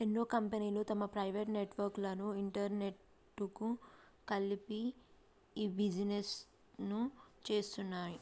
ఎన్నో కంపెనీలు తమ ప్రైవేట్ నెట్వర్క్ లను ఇంటర్నెట్కు కలిపి ఇ బిజినెస్ను చేస్తున్నాయి